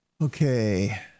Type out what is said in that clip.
Okay